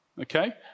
okay